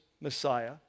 Messiah